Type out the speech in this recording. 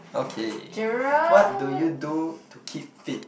okay what do you do to keep fit